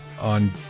on